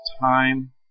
time